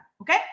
Okay